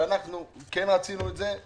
כשאנחנו כן רצינו את זה,